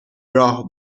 راه